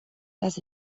das